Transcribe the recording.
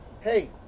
Hey